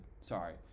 sorry